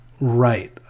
right